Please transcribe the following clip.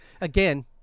Again